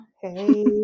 Hey